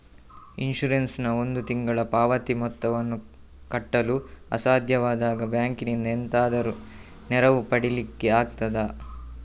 Insurance ನ ಒಂದು ತಿಂಗಳ ಪಾವತಿ ಮೊತ್ತವನ್ನು ಕಟ್ಟಲು ಅಸಾಧ್ಯವಾದಾಗ ಬ್ಯಾಂಕಿನಿಂದ ಎಂತಾದರೂ ನೆರವು ಪಡಿಲಿಕ್ಕೆ ಆಗ್ತದಾ?